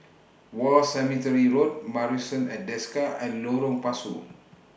War Cemetery Road Marrison At Desker and Lorong Pasu